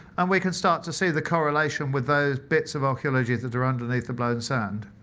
and we can start to see the correlation with those bits of archeology that are underneath the blown sand.